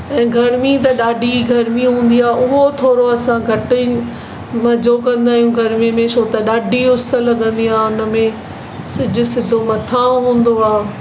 ऐं गरमी त ॾाढी गरमी हूंदी आहे उहो थोरो असां घटि ई मज़ो कंदा आहियूं गरमीअ में छो त ॾाढी ई उस लॻंदी आहे उनमें सिज सिधो मथां हूंदो आहे